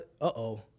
uh-oh